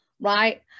right